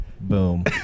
boom